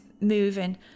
moving